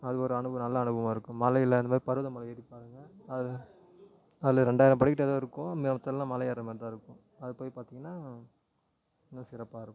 அது ஒரு அனுபவம் நல்ல அனுபவமாக இருக்கும் மலையில் அந்தமாதிரி பருவத மலை ஏறிப்பாருங்க அதை அதில் ரெண்டாயிரம் படிகிட்டு எதோ இருக்கும் மிற்ற எல்லாம் மலை ஏற மாதிரிதான் இருக்கும் அது போய் பார்த்தீங்கன்னா இன்னும் சிறப்பாக இருக்கும்